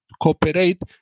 cooperate